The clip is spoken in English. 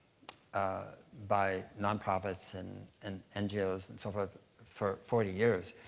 ah by nonprofits and and ngos and so forth for forty years.